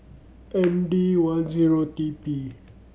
M D one zero T P